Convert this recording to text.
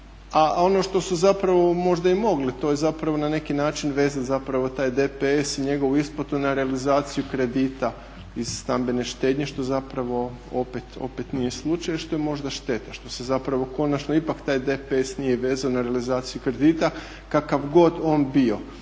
A ono što su zapravo možda i mogli, to je zapravo na neki način vezan zapravo taj DPS i njegovu isplatu na realizaciju kredita iz stambene štednje što zapravo opet nije slučaj i što je možda šteta, što se zapravo konačno ipak taj DPS nije vezan na realizaciju kredita kakav god on bio.